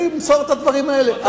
אני אמסור את הדברים האלה.